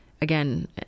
again